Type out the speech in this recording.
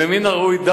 ומן הראוי היה,